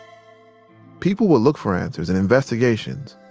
people would look for answers in investigations.